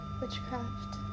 witchcraft